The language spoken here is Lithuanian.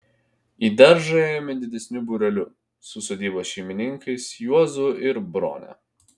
į daržą ėjome didesniu būreliu su sodybos šeimininkais juozu ir brone